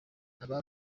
aba